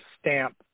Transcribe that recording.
stamp